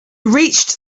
reached